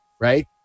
right